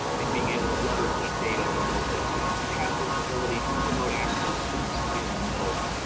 and being able to leverage that data remotely. so you have this ability to remote access that you see here in the middle.